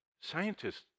scientists